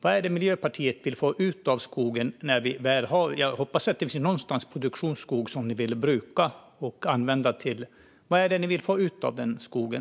Vad är det Miljöpartiet vill få ut av skogen? Jag hoppas att det någonstans finns produktionsskog som ni vill bruka och använda. Vad är det ni vill få ut av den skogen?